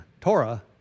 Torah